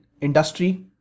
industry